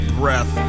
breath